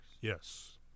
Yes